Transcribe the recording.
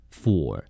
four